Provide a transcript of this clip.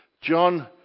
John